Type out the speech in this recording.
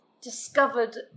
discovered